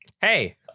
hey